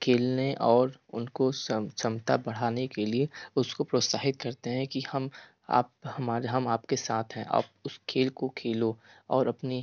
खेलने और उनको क्षम क्षमता बढ़ाने के लिए उसको प्रोत्साहित करते हैं कि हम आप हमारे हम आप के साथ हैं और उस खेल को खेलो और अपनी